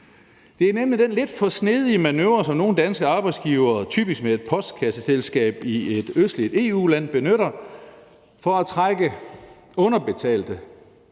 Det er nemlig den lidt for snedige manøvre, som nogle danske arbejdsgivere – typisk med et postkasseselskab i et østligt EU-land – benytter for at trække underbetalte,